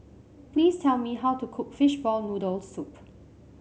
please tell me how to cook Fishball Noodle Soup